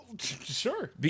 Sure